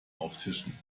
auftischen